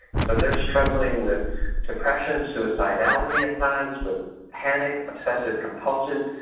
so they're struggling with depression, suicidality at times with panic, obsessive compulsions,